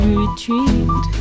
retreat